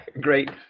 Great